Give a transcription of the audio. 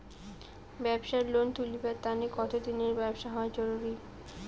ব্যাবসার লোন তুলিবার তানে কতদিনের ব্যবসা হওয়া জরুরি?